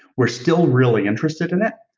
we're still really interested in it.